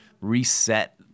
reset